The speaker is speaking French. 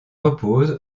repose